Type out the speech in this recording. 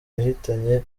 yahitanye